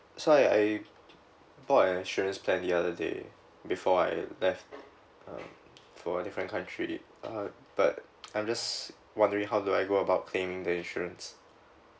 so I I bought an insurance plan the other day before I left um for a different country uh but I'm just wondering how do I go about claiming the insurance